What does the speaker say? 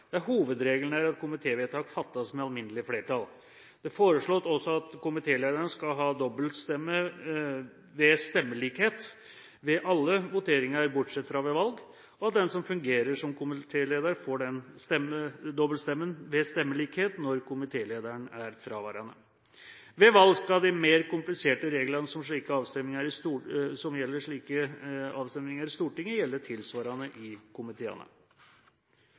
hovedregelen er at komitévedtak fattes med alminnelig flertall. Det er også foreslått at komitélederne skal ha dobbeltstemme ved stemmelikhet i alle voteringer, bortsett fra ved valg, og at den som fungerer som komitéleder, får den dobbeltstemmen ved stemmelikhet når komitélederen er fraværende. Ved valg skal de mer kompliserte reglene som gjelder for slike avstemninger i